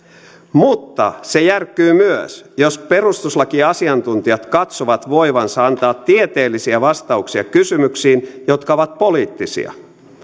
mutta se järkkyy myös jos perustuslakiasiantuntijat katsovat voivansa antaa tieteellisiä vastauksia kysymyksiin jotka ovat poliittisia